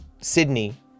Sydney